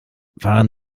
fahren